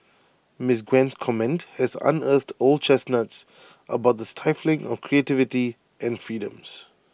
miss Gwen's comment has unearthed old chestnuts about the stifling of creativity and freedoms